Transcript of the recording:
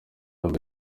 mbere